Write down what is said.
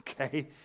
okay